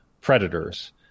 predators